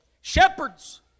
Shepherds